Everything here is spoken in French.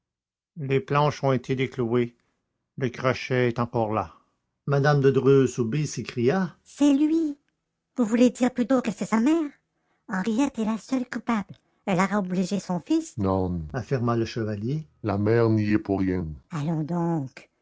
les planches ont été déclouées le crochet est encore là mais mme de dreux soubise s'écria c'est lui vous voulez dire plutôt que c'est sa mère henriette est la seule coupable elle aura obligé son fils non affirma le chevalier la mère n'y est pour rien allons donc